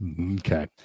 Okay